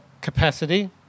capacity